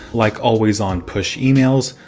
like always-on push emails,